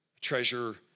treasure